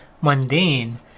mundane